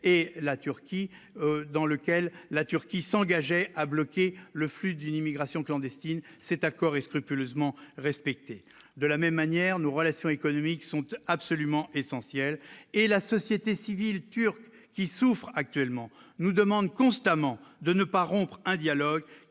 et la Turquie, dans lequel la Turquie s'engageait à bloquer le flux d'immigration clandestine, cet accord est scrupuleusement respecté de la même manière, nos relations économiques sont eux absolument essentiel et la société civile turque qui souffrent actuellement nous demande constamment de ne pas rompre un dialogue